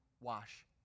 wash